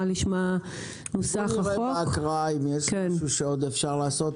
שלשמה נוסח החוק --- נראה במהלך ההקראה אם יש משהו שעוד אפשר לעשות,